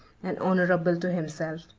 and honorable to himself.